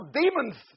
demons